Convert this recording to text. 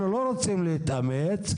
אנחנו לא רוצים להתאמץ,